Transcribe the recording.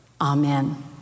Amen